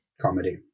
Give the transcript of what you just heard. comedy